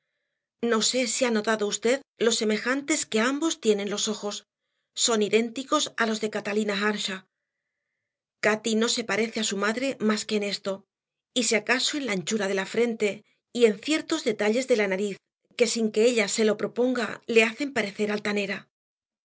no sé si ha notado usted lo semejantes que ambos tienen los ojos son idénticos a los de catalina earnshaw cati no se parece a su madre más que en esto y si acaso en la anchura de la frente y en ciertos detalles de la nariz que sin que ella se lo proponga le hacen parecer altanera